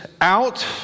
out